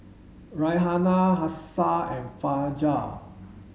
Raihana Hafsa and Fajar